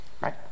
Right